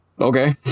Okay